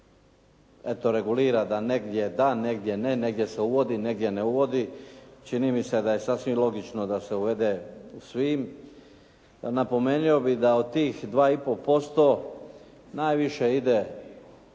regulira da negdje da, negdje ne, negdje se uvodi, negdje ne uvodi. Čini mi se da je sasvim logično da se uvede u svim. Napomenuo bih da od tih 2,5% najviše ide